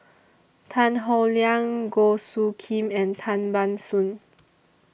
Tan Howe Liang Goh Soo Khim and Tan Ban Soon